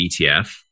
ETF